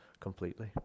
completely